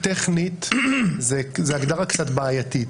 טכנית זאת הגדרה קצת בעייתית,